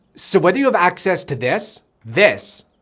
so whether you have access to this, this.